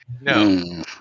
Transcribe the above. No